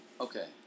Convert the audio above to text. Okay